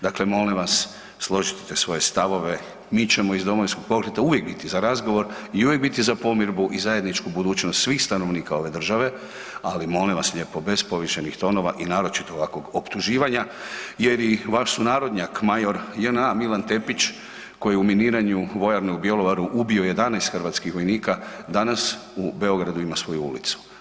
Dakle, molim vas složite svoje stavove, mi ćemo iz Domovinskog pokreta uvijek biti za razgovor i uvijek biti za pomirbu i zajedničku budućnost svih stanovnika ove države, ali molim vas lijepo bez povišenih tonova i naročito ovakvog optuživanja jer i vaš sunarodnjak major JNA Milan TEpić koji je u miniranju vojarne u Bjelovaru ubio 11 hrvatskih vojnika, danas u Beogradu ima svoju ulicu.